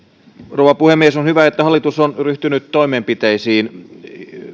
rouva puhemies on hyvä että hallitus on ryhtynyt toimenpiteisiin